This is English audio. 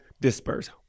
disperse